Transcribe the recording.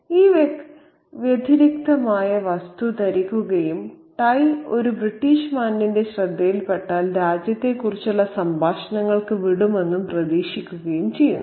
ഈ വ്യതിരിക്തമായ വസ്തു ധരിക്കുകയും ടൈ ഒരു ബ്രിട്ടീഷ് മാന്യന്റെ ശ്രദ്ധയിൽപ്പെട്ടാൽ രാജ്യത്തെക്കുറിച്ചുള്ള സംഭാഷണങ്ങൾക്ക് വിടുമെന്ന് പ്രതീക്ഷിക്കുകയും ചെയ്യുന്നു